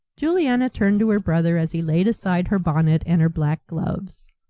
juliana turned to her brother as he laid aside her bonnet and her black gloves.